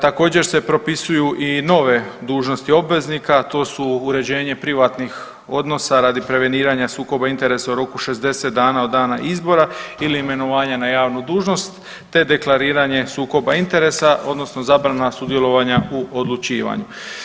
Također se propisuju i nove dužnosti obveznika to su uređenje privatnih odnosa radi preveniranja sukoba interesa u roku 60 dana od dana izbora ili imenovanja na javnu dužnost te deklariranje sukoba interesa odnosno zabrana sudjelovanja u odlučivanju.